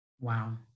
wow